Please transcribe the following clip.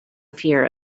fear